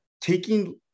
Taking